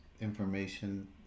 information